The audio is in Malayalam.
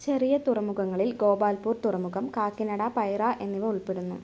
ചെറിയ തുറമുഖങ്ങളിൽ ഗോപാൽപൂർ തുറമുഖം കാക്കിനഡ പൈറ എന്നിവ ഉൾപ്പെടുന്നു